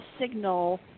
signal